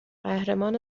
قهرمان